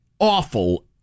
awful